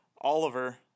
Oliver